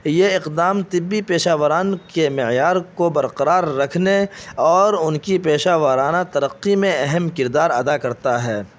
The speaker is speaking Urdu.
یہ اقدام طبی پیشہ وران کے معیار کو برقرار رکھنے اور ان کی پیشہ ورانہ ترقی میں اہم کردار ادا کرتا ہے